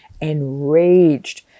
enraged